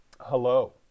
hello